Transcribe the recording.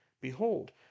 Behold